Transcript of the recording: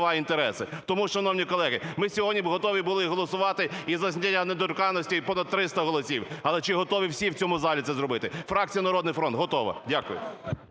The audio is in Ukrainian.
Тому, шановні колеги, ми сьогодні б готові були голосувати і за зняття недоторканності і понад 300 голосів, але чи готові всі в цьому залі це зробити? Фракція "Народний фронт" готова. Дякую.